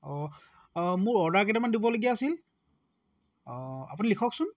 অঁ অঁ মোৰ অৰ্ডাৰ কেইটামান দিবলগীয়া আছিল অঁ আপুনি লিখকচোন